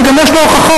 וגם יש לו הוכחות.